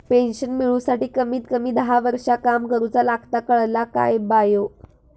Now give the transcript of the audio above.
Pension मिळूसाठी कमीत कमी दहा वर्षां काम करुचा लागता, कळला काय बायो?